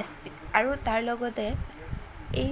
S P আৰু তাৰ লগতে এই